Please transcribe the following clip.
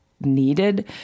needed